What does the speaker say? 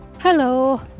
Hello